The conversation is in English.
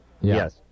Yes